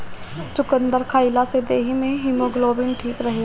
चुकंदर खइला से देहि में हिमोग्लोबिन ठीक रहेला